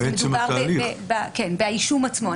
מדובר באישום עצמו.